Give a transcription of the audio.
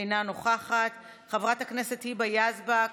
אינה נוכחת, חברת הכנסת היבה יזבק,